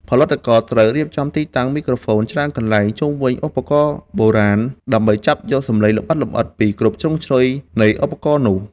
ផលិតករត្រូវរៀបចំទីតាំងមីក្រូហ្វូនច្រើនកន្លែងជុំវិញឧបករណ៍បុរាណ ដើម្បីចាប់យកសំឡេងលម្អិតៗពីគ្រប់ជ្រុងជ្រោយនៃឧបករណ៍នោះ។